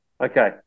okay